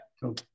Cool